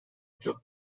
pilot